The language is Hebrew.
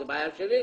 זה בעיה שלי,